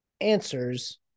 answers